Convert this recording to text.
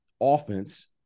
offense